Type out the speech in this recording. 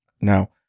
Now